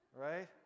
right